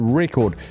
record